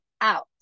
out